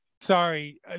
sorry